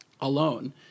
alone